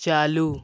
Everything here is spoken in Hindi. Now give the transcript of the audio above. चालू